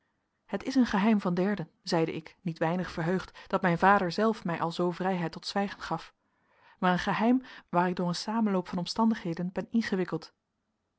het is een geheim van derden zeide ik niet weinig verheugd dat mijn vader zelf mij alzoo vrijheid tot zwijgen gaf maar een geheim waar ik door een samenloop van omstandigheden ben ingewikkeld